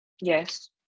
yes